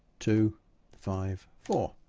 two five four